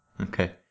Okay